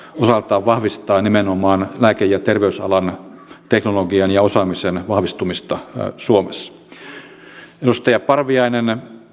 osaltaan vahvistaa nimenomaan lääke ja terveysalan teknologian ja osaamisen vahvistumista suomessa edustaja parviainen